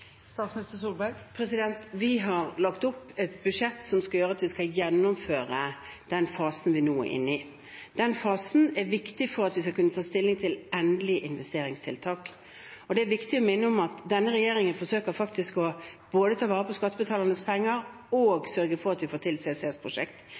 Vi har lagt frem et budsjett som skal gjøre at vi skal gjennomføre den fasen vi nå er inne i. Den fasen er viktig for at vi skal kunne ta stilling til endelige investeringstiltak. Det er viktig å minne om at denne regjeringen faktisk forsøker både å ta vare på skattebetalernes penger